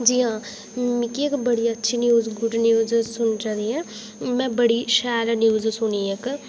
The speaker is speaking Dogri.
जी हां मिगी इक बड़ी अच्छी न्यूज गुड न्यूज सुनचा दी ऐ में बड़ी शैल न्यूज सुनी ऐ इक